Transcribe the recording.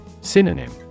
Synonym